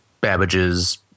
Babbage's